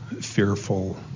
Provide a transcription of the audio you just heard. fearful